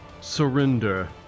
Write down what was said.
Surrender